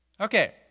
Okay